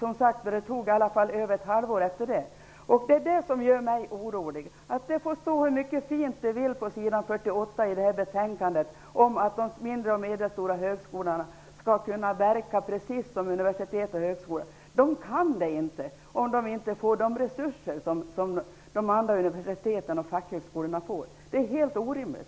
Det tog alltså åtminstone ett halvår. Det får stå hur mycket fint som helst på s. 48 i betänkandet om att de mindre och medelstora högskolorna skall kunna verka precis som universitet och högskolor. Det kan de inte om de inte får de resurser som de andra universiteten och fackhögskolorna får. Det är helt orimligt.